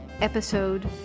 Episode